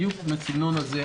בדיוק בסגנון הזה,